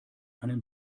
einen